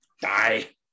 Die